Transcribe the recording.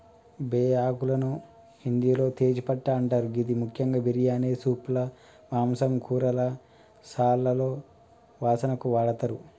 బేఆకులను హిందిలో తేజ్ పట్టా అంటరు గిది ముఖ్యంగా బిర్యానీ, సూప్లు, మాంసం, కూరలు, సాస్లలో వాసనకు వాడతరు